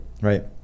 Right